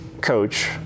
coach